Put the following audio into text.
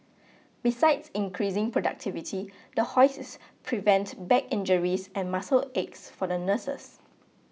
besides increasing productivity the hoists prevent back injuries and muscle aches for the nurses